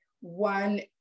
one